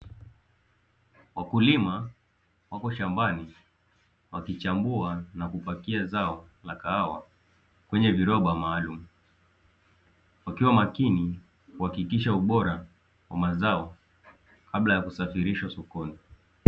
Wakulima wapo shambani wakichambua na kupakia zao la kahawa kwenye viroba maalumu. Wakiwa makini kuhakikisha ubora wa mazao kabla ya kusafirishwa sokoni.